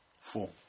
four